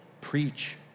Preach